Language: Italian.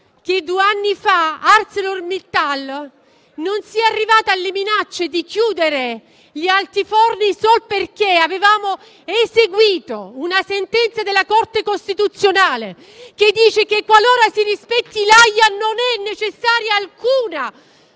che due anni fa ArcelorMittal non sia arrivata alle minacce di chiudere gli altiforni solo perché avevamo eseguito una sentenza della Corte costituzionale che dice che, qualora si rispetti l'autorizzazione